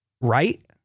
right